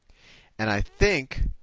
and i think,